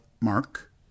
Mark